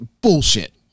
bullshit